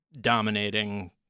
dominating